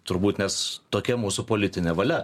turbūt nes tokia mūsų politinė valia